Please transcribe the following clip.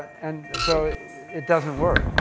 and so it doesn't work.